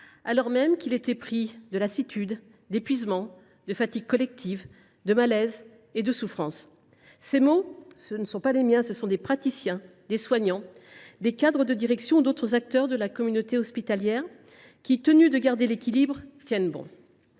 alors même qu’il est pris de « lassitude », d’« épuisement », de « fatigue collective », de « malaise » et de « souffrance »: ces mots sont non pas les miens, mais ceux des praticiens, des soignants, des cadres de direction ou d’autres acteurs de la communauté hospitalière, qui, obligés de garder l’équilibre, tiennent bon.